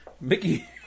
Mickey